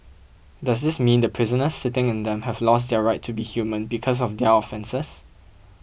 does this mean the prisoners sitting in them have lost their right to be human because of their offences